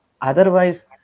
Otherwise